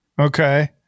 Okay